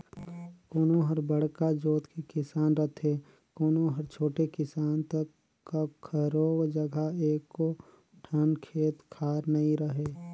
कोनो हर बड़का जोत के किसान रथे, कोनो हर छोटे किसान त कखरो जघा एको ठन खेत खार नइ रहय